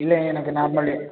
இல்லை எனக்கு நார்மலு